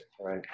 right